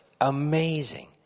Amazing